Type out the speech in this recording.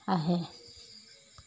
আহে